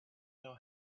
know